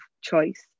choice